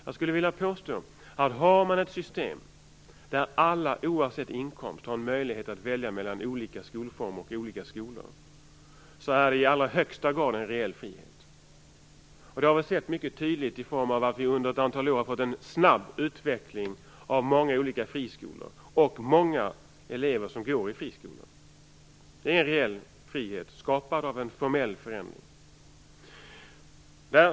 Jag skulle vilja påstå att har man ett system där alla oavsett inkomst har en möjlighet att välja mellan olika skolformer och olika skolor är det i allra högsta grad en reell frihet. Detta har visat sig mycket tydligt på så sätt att vi under ett antal år har fått en snabb utveckling av många olika friskolor och att många elever också går i friskolorna. Det är en reell frihet, skapad genom en formell förändring.